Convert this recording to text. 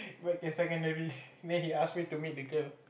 like a secondary then he ask me to meet the girl